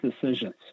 decisions